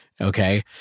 Okay